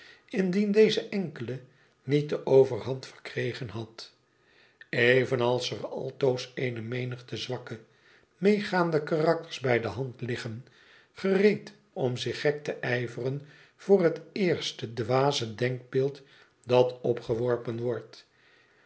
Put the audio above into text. indien deze enkele niet de overhand verkregen had evenals er altoos eene menigte zwakke meegaande karakters bij de hand liggen gereed om zich gek te ijveren voor bet eerste dwaze denkbeeld dat opgeworpen wordt